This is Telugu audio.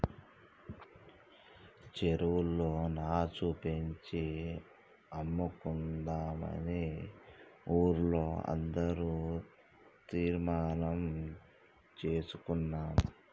చెరువులో నాచు పెంచి అమ్ముకుందామని ఊర్లో అందరం తీర్మానం చేసుకున్నాం